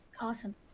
Awesome